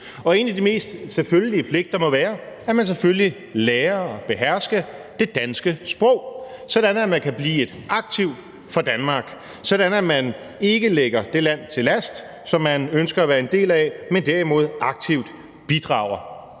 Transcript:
en af de mest selvfølgelige pligter må være, at man lærer at beherske det danske sprog, sådan at man kan blive et aktiv for Danmark, sådan at man ikke ligger det land til last, som man ønsker at være en del af, men derimod aktivt bidrager.